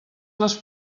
les